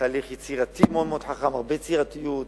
תהליך יצירתי מאוד חכם, הרבה יצירתיות תכנונית,